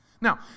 Now